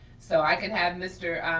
so i can have mr.